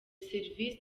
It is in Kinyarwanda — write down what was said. serivisi